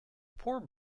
poor